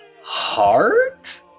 heart